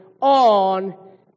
on